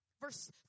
Verse